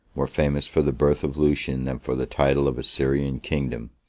more famous for the birth of lucian than for the title of a syrian kingdom,